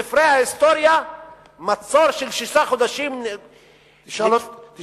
בספרי ההיסטוריה מצור של שישה חודשים נתפס כדבר,